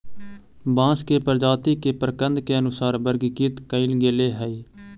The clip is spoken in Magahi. बांस के प्रजाती के प्रकन्द के अनुसार वर्गीकृत कईल गेले हई